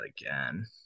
again